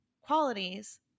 qualities